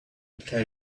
tell